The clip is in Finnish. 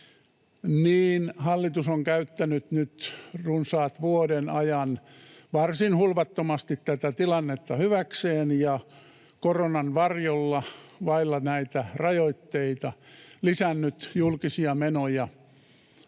hallitus on käyttänyt nyt runsaat vuoden ajan varsin hulvattomasti tätä tilannetta hyväkseen ja koronan varjolla vailla näitä rajoitteita lisännyt julkisia menoja